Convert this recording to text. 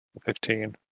Fifteen